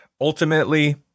ultimately